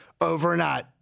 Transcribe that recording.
overnight